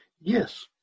Yes